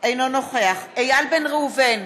אינו נוכח איל בן ראובן,